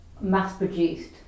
mass-produced